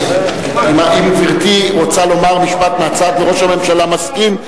אם גברתי רוצה לומר משפט מהצד וראש הממשלה מסכים,